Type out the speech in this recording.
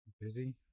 Busy